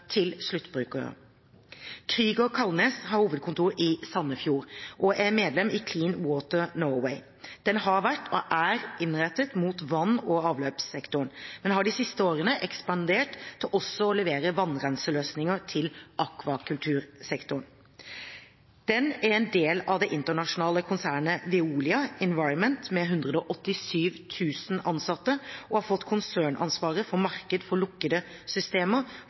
til sluttbrukerne. Krüger Kaldnes har hovedkontor i Sandefjord og er medlem i Clean Water Norway. Selskapet har vært og er innrettet mot vann- og avløpssektoren, men har de siste årene ekspandert til også å levere vannrenseløsninger til akvakultursektoren. Selskapet er en del av det internasjonale konsernet Veolia Environment med 187 000 ansatte, og har fått konsernansvaret for markedet for lukkede systemer